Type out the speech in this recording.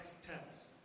steps